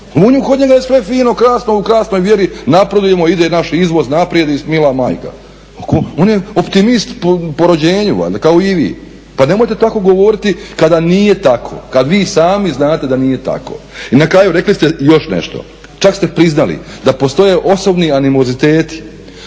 on je, kod njega je sve fino, krasno, u krasnoj vjeri napredujemo, ide naš izvoz naprijed i mila majka. On je optimist po rođenju valjda kao i vi. Pa nemojte tako govoriti kada nije tako, kada vi sami znate da nije tako. I na kraju rekli ste još nešto, čak ste priznali da postoje osobni animoziteti